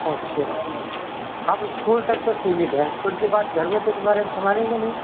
अच्छा अच्छा हम स्कूल तक तो सीमित हैं स्कूल के बाद घर में तो तुम्हारे हम सम्भालेंगे नहीं